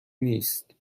نیست